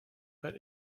but